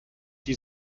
die